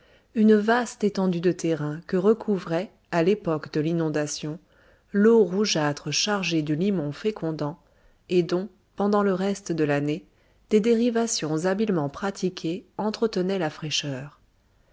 une vaste étendue de terrain que recouvrait à l'époque de l'inondation l'eau rougeâtre chargée du limon fécondant et dont pendant le reste de l'année des dérivations habilement pratiquées entretenaient la fraîcheur